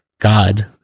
God